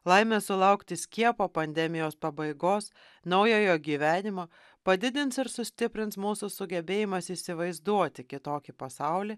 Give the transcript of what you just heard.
laimę sulaukti skiepo pandemijos pabaigos naujojo gyvenimo padidins ir sustiprins mūsų sugebėjimas įsivaizduoti kitokį pasaulį